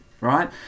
right